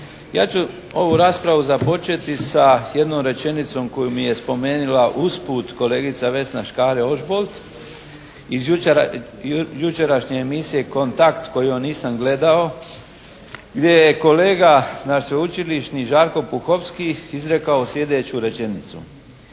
ja ću ovu raspravu započeti sa jednom rečenicom koju mi je spomenula usput kolegica Vesna Škare Ožbolt iz jučerašnje emisije “Kontakt“ koju nisam gledao, gdje je kolega naš sveučilišni Žarko Puhovski izrekao slijedeću rečenicu: